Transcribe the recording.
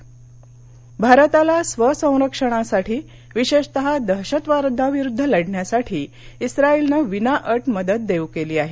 Israel भारताला स्वसंरक्षणासाठी विशेषतः दहशतवादाविरुद्ध लढण्यासाठी ईस्राइलनं विनाअट मदत देऊ केली आहे